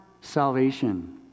salvation